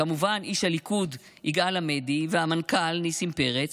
כמובן, איש הליכוד יגאל עמדי והמנכ"ל ניסים פרץ,